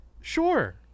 Sure